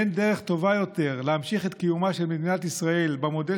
אין דרך טובה יותר להמשיך את קיומה של מדינת ישראל במודל